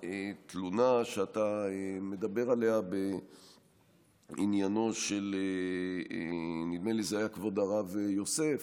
לתלונה שאתה מדבר עליה בעניינו של כבוד הרב יוסף,